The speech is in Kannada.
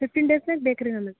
ಫಿಫ್ಟೀನ್ ಡೇಸ್ ಮೇಲೆ ಬೇಕು ರೀ ನನಗೆ